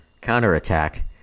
counter-attack